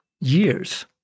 years